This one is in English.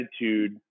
attitude